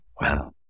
Wow